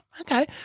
Okay